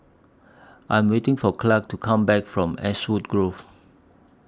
I Am waiting For Clark to Come Back from Ashwood Grove